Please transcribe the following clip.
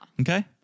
Okay